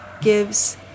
gives